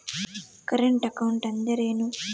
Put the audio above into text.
Current account ಅಂದರೇನು?